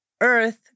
earth